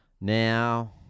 Now